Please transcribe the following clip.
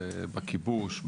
בכיבוש,